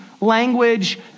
language